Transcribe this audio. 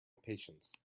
patience